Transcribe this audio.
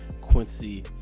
quincy